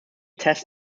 test